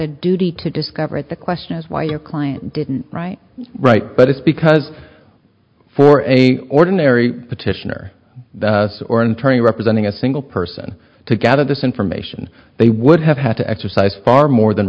a duty to discover it the question is why your client didn't write right but it's because for a ordinary petitioner or interning representing a single person to gather this information they would have had to exercise far more than